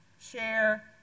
share